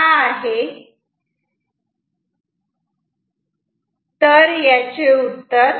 आता प्रश्न असा आहे कि असे का